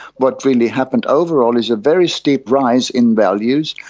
what really happened overall is a very steep rise in values,